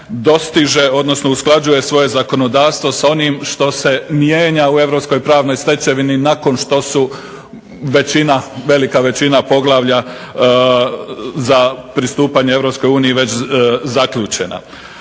dostiže odnosno usklađuje svoje zakonodavstvo s onim što se mijenja u europskoj pravnoj stečevini nakon što su velika većina poglavlja za pristupanje EU već zaključena.